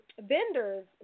vendors